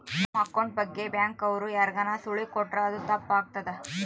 ನಮ್ ಅಕೌಂಟ್ ಬಗ್ಗೆ ಬ್ಯಾಂಕ್ ಅವ್ರು ಯಾರ್ಗಾನ ಸುಳಿವು ಕೊಟ್ರ ಅದು ತಪ್ ಆಗ್ತದ